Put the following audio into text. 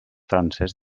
francès